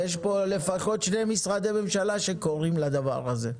יש פה לפחות שני משרדי ממשלה שקוראים לדבר הזה.